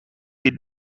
did